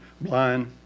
blind